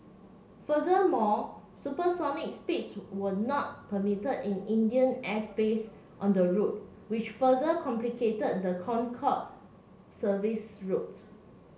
furthermore supersonic speeds were not permitted in Indian airspace on the route which further complicated the Concorde service's route